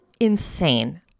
insane